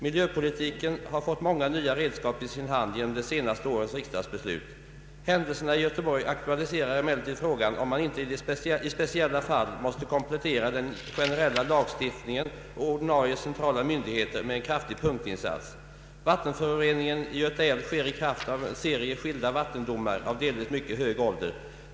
Miljöpolitiken har fått många nya redskap i sin hand genom de senaste årens riksdagsbeslut. Händelserna i Göteborg aktualiserar emellertid frågan om man inte i speciella fall måste komplettera den generella lagstiftningen och ordinarie centrala myndigheter med en kraftig punktinsats. Vattenföroreningen i Göta älv sker i kraft av en serie skilda vattendomar av delvis mycket hög ålder.